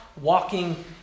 walking